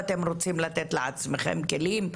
ואתם רוצים לתת לעצמכם כלים,